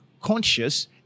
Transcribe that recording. conscious